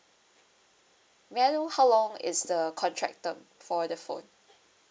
may I know how long is the contract term for the phone